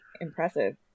impressive